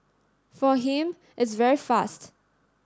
for him it's very fast